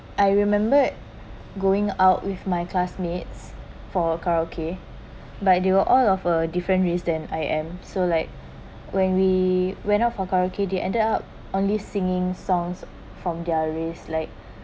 I remembered going out with my classmates for a karaoke but they were all of a different race than I am so like when we went out for karaoke they ended up only singing songs from their race like